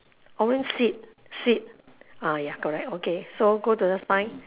orange seat seat ah ya correct okay so go to the science